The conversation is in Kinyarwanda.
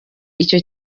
icyo